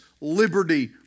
liberty